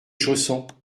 chaussons